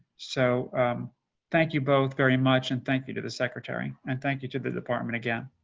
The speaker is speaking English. so thank you both very much and thank you to the secretary and thank you to the department again.